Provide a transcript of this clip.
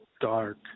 dark